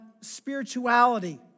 spirituality